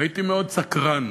הייתי מאוד סקרן.